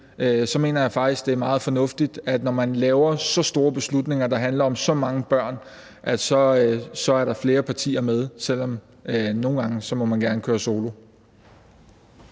mener jeg faktisk, at det er meget fornuftigt, at der, når man laver så store beslutninger, der handler om så mange børn, er flere partier med, selv om man nogle gange gerne må køre solo.